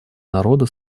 народа